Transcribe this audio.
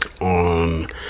on